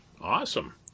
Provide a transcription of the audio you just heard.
Awesome